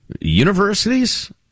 universities